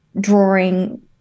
drawing